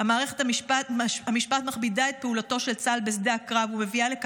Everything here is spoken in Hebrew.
מערכת המשפט מכבידה את פעולתו של צה"ל בשדה הקרב ומביאה לכך